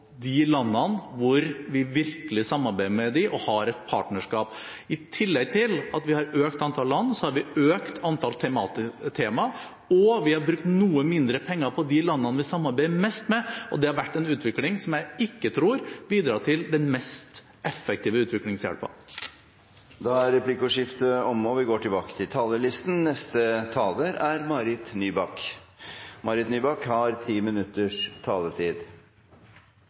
de landene som vi virkelig samarbeider med, og hvor vi har et partnerskap. I tillegg til at vi har økt antallet land, har vi økt antallet temaer, og vi har brukt noe mindre penger på de landene som vi samarbeider mest med, og det har vært en utvikling som jeg ikke tror bidrar til den mest effektive utviklingshjelpen. Replikkordskiftet er omme. Jeg vil også takke for en veldig god redegjørelse, og